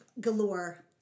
galore